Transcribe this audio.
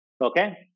okay